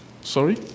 Sorry